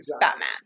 Batman